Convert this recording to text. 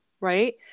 right